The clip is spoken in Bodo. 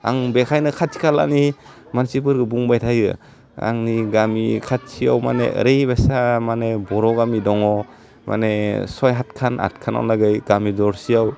आं बेखायनो खाथि खालानि मानसिफोरखौ बुंबाय थायो आंनि गामि खाथियाव माने ओरैबायसा माने बर' गामि दङ माने छइ हातखान आदखानावलागै गामि दरसेयाव